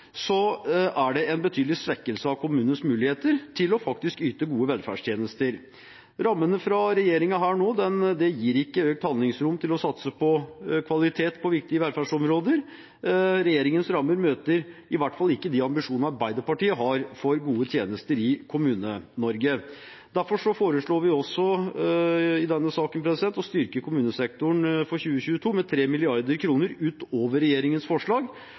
er det en betydelig svekkelse av kommunenes muligheter til å yte gode velferdstjenester. Rammene fra regjeringen gir ikke økt handlingsrom til å satse på kvalitet på viktige velferdsområder. Regjeringens rammer møter i hvert fall ikke de ambisjonene Arbeiderpartiet har for gode tjenester i Kommune-Norge. Derfor foreslår vi i denne saken å styrke kommunesektoren for 2022 med 3 mrd. kr utover regjeringens forslag,